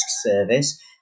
service